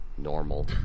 Normal